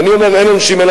ואני אומר: אין עונשין אלא,